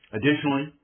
Additionally